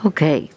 Okay